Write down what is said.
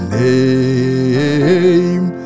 name